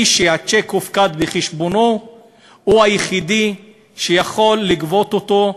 שמי שהצ'ק הופקד בחשבונו יהיה היחידי שיוכל לגבות אותו.